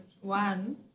one